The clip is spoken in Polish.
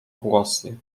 włosy